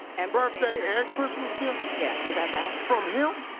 and birthday and christmas gift? yeah, does that but from him?